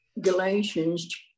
Galatians